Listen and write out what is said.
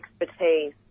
expertise